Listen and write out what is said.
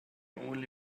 only